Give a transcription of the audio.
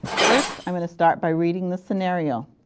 first, i am going to start by reading the scenario.